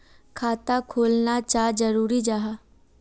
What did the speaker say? खाता खोलना चाँ जरुरी जाहा?